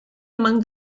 among